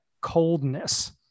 coldness